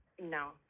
no